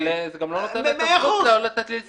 אבל זה גם לא נותן את הזכות לא לסיים משפט.